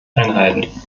einhalten